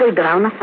ah down?